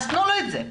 תנו לו את זה.